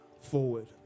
forward